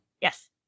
yes